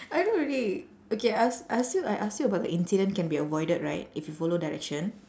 I do already okay I ask ask you I ask you about the incident can be avoided right if you follow direction